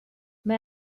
mae